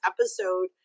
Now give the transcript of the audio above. episode